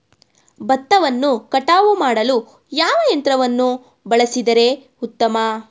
ಭತ್ತವನ್ನು ಕಟಾವು ಮಾಡಲು ಯಾವ ಯಂತ್ರವನ್ನು ಬಳಸಿದರೆ ಉತ್ತಮ?